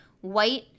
White